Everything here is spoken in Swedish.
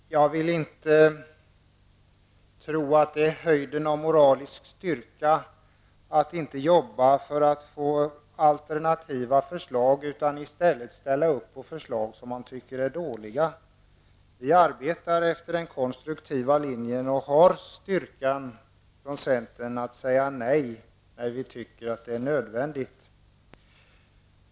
Herr talman! Jag vill inte tro att det är höjden av moralisk styrka att inte arbeta för alternativa förslag, utan i stället ställa upp för förslag som man tycker är dåliga. Vi arbetar efter den konstruktiva linjen i centern och har styrkan att säga nej när vi tycker att det är nödvändigt.